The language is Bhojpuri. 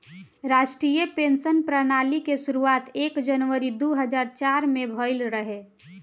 राष्ट्रीय पेंशन प्रणाली के शुरुआत एक जनवरी दू हज़ार चार में भईल रहे